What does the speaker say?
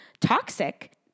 toxic